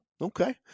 Okay